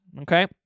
okay